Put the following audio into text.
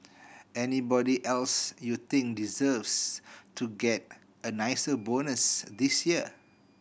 anybody else you think deserves to get a nicer bonus this year